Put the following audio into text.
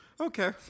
Okay